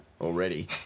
already